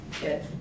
Good